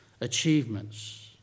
achievements